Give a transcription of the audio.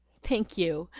thank you!